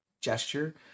gesture